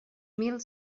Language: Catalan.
mil